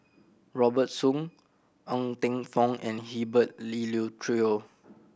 Robert Soon Ng Teng Fong and Herbert Eleuterio